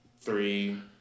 Three